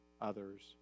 others